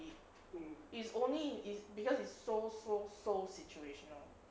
it's only because it's so so so situational